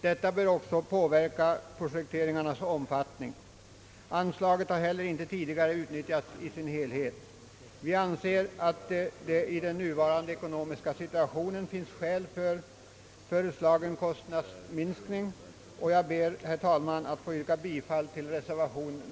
Detta bör även påverka projekteringarnas omfattning. Anslaget har tidigare inte utnyttjats helt. Vi anser att den föreslagna kostnadsminskningen i nuvarande situation är befogad. Jag ber, herr talman, att få yrka bifall till reservationen.